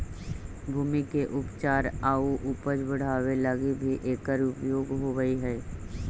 भूमि के उपचार आउ उपज बढ़ावे लगी भी एकर उपयोग होवऽ हई